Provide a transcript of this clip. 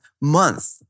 month